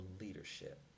leadership